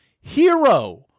hero